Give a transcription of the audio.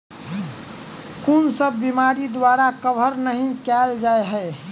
कुन सब बीमारि द्वारा कवर नहि केल जाय है?